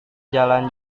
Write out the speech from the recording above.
jalan